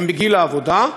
הם בגיל העבודה,